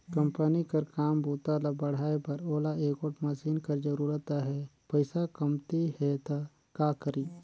Company कर काम बूता ल बढ़ाए बर ओला एगोट मसीन कर जरूरत अहे, पइसा कमती हे त का करी?